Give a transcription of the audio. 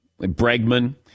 Bregman